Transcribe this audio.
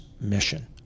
mission